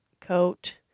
coat